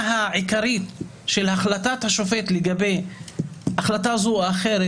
העיקרית של החלטת השופט לגבי החלטה זו או אחרת,